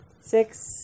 Six